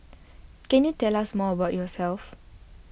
can you tell us more about yourself